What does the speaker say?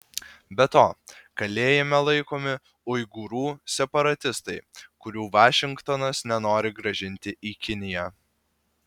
be to kalėjime laikomi uigūrų separatistai kurių vašingtonas nenori grąžinti į kiniją